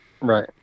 Right